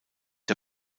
der